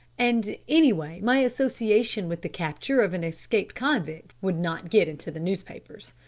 and anyway my association with the capture of an escaped convict would not get into the newspapers.